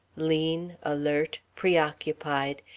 lean, alert, preoccupied,